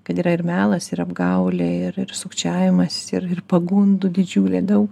kad yra ir melas ir apgaulė ir ir sukčiavimas ir ir pagundų didžiulė daug